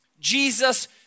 jesus